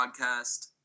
podcast